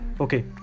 okay